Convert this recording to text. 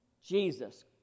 Jesus